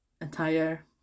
entire